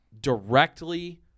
directly